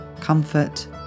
comfort